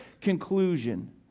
conclusion